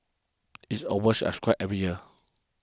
it's oversubscribed every year